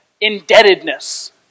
indebtedness